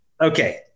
Okay